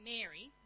Mary